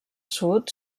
sud